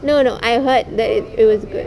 no no I heard that it it was good